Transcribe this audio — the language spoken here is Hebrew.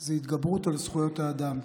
זה התגברות על זכויות האדם,